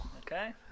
Okay